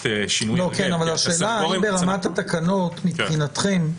שינוי --- השאלה ברמת התקנות מבחינתכם,